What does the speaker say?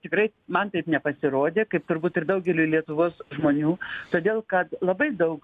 tikrai man taip nepasirodė kaip turbūt ir daugeliui lietuvos žmonių todėl kad labai daug